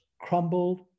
crumbled